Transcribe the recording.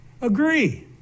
agree